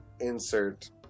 Insert